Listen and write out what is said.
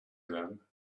them